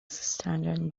standard